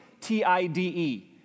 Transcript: T-I-D-E